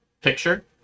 picture